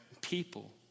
people